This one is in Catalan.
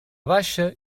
baixa